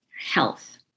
health